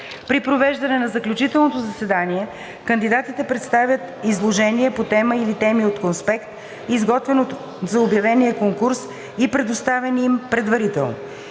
При провеждане на заключителното заседание кандидатите представят изложение по тема или теми от конспект, изготвен за обявения конкурс и предоставен им предварително.